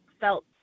felt